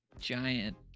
giant